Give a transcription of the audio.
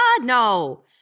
no